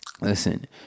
Listen